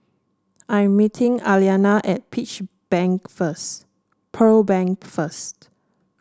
I am meeting Aliana at peach bank first Pearl Bank first